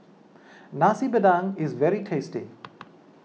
Nasi Padang is very tasty